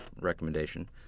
recommendation